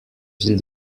ville